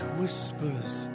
whispers